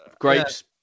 Grapes